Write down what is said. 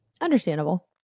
Understandable